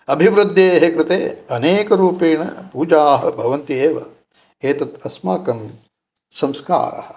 अभिवृद्धेः कृते अनेकरूपेण पूजाः भवन्त्येव एतत् अस्माकं संस्कारः